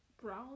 brown